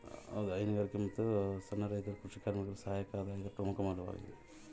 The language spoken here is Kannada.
ಹೈನುಗಾರಿಕೆ ಸಣ್ಣ ರೈತರು ಮತ್ತು ಕೃಷಿ ಕಾರ್ಮಿಕರಿಗೆ ಸಹಾಯಕ ಆದಾಯದ ಪ್ರಮುಖ ಮೂಲವಾಗ್ಯದ